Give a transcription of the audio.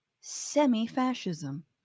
semi-fascism